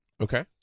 Okay